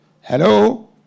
hello